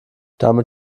damit